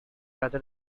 rather